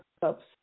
cups